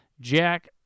Jack